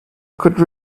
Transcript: could